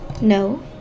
No